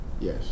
Yes